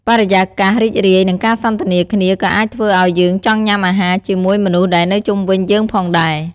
បរិយាកាសរីករាយ និងការសន្ទនាគ្នាក៏អាចធ្វើឱ្យយើងចង់ញ៊ាំអាហារជាមួយមនុស្សដែលនៅជុំវិញយើងផងដែរ។